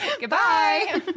Goodbye